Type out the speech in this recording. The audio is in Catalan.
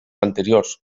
anteriors